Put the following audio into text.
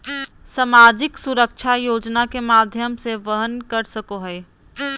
सामाजिक सुरक्षा योजना के माध्यम से वहन कर सको हइ